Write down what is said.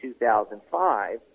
2005